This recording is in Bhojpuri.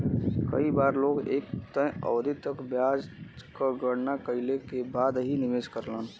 कई बार लोग एक तय अवधि तक ब्याज क गणना कइले के बाद ही निवेश करलन